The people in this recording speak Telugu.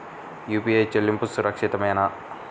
యూ.పీ.ఐ చెల్లింపు సురక్షితమేనా?